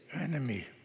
enemy